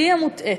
שהיא המוטעית.